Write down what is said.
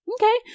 Okay